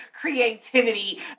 creativity